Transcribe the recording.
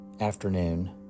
afternoon